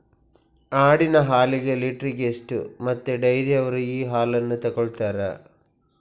ಆಡಿನ ಹಾಲಿಗೆ ಲೀಟ್ರಿಗೆ ಎಷ್ಟು ಮತ್ತೆ ಡೈರಿಯವ್ರರು ಈ ಹಾಲನ್ನ ತೆಕೊಳ್ತಾರೆ?